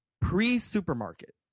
pre-supermarket